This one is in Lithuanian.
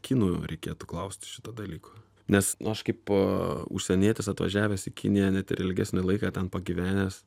kinų reikėtų klausti šito dalyko nes nu aš kaip užsienietis atvažiavęs į kiniją net ir ilgesnį laiką ten pagyvenęs